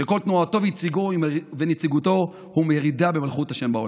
שכל תנועתו ונציגותו הן מרידה במלכות השם בעולם.